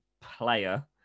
player